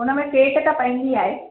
उनमें फ़ेट त पवंदी आहे